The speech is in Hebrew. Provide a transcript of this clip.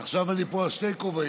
עכשיו אני פה על שני כובעים,